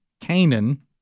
Canaan